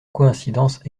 coïncidence